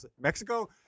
Mexico